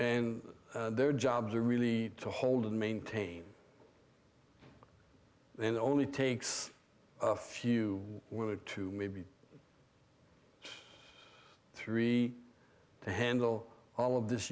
and their jobs are really to hold and maintain and it only takes a few would two maybe three to handle all of this